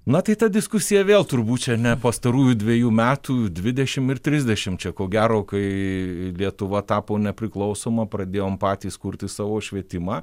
na tai ta diskusija vėl turbūt čia ne pastarųjų dvejų metų dvidešim ir trisdešim čia ko gero kai lietuva tapo nepriklausoma pradėjom patys kurti savo švietimą